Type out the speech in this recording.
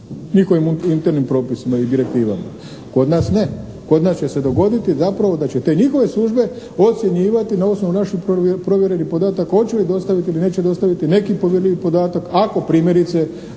njihovim internim propisima i direktivama. Kod nas ne. Kod nas će se dogoditi zapravo da će te njihove službe ocjenjivati na osnovu naših provjerenih podataka hoće li dostaviti ili neće dostaviti neki povjerljivi podatak ako primjerice